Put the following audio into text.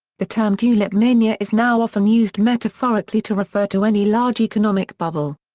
the term tulip mania is now often used metaphorically to refer to any large economic bubble.